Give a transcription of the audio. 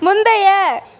முந்தைய